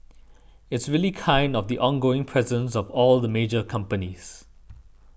it's really kind of the ongoing presence of all the major companies